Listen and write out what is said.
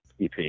EP